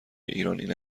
ایران، این